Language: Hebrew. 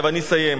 אני מסיים.